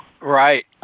Right